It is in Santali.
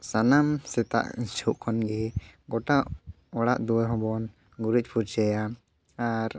ᱥᱟᱱᱟᱢ ᱥᱮᱛᱟᱜ ᱡᱷᱚᱜ ᱠᱷᱚᱱᱜᱮ ᱜᱚᱴᱟ ᱚᱲᱟᱜ ᱫᱩᱣᱟᱹᱨ ᱦᱚᱸᱵᱚᱱ ᱜᱩᱨᱤᱡ ᱯᱷᱩᱨᱪᱟᱹᱭᱟ ᱟᱨ